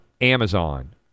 Amazon